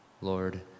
Lord